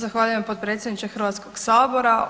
Zahvaljujem potpredsjedniče Hrvatskog sabora.